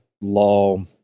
law